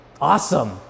awesome